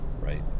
right